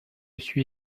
suis